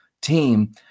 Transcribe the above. team